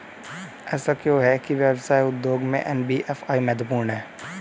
ऐसा क्यों है कि व्यवसाय उद्योग में एन.बी.एफ.आई महत्वपूर्ण है?